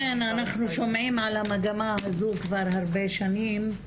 כן, אנחנו שומעים על המגמה הזו, כבר הרבה שנים.